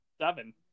seven